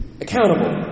Accountable